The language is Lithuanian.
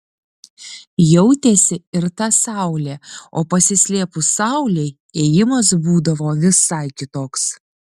jautėsi ir ta saulė o pasislėpus saulei ėjimas būdavo visai kitoks